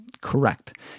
Correct